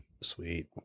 Sweet